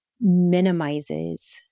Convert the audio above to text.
minimizes